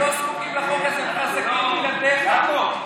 הם לא זקוקים לחוק הזה, הם חזקים בלעדיך.